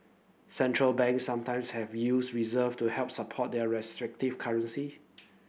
central banks sometimes have used reserve to help support their restrictive currency